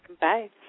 Bye